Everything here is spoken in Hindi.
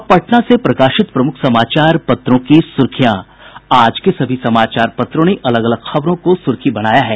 अब पटना से प्रकाशित प्रमुख समाचार पत्रों की सुर्खियां आज के सभी समाचार पत्रों ने अलग अलग खबरों को सुर्खी बनाया है